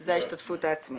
זה ההשתתפות העצמית.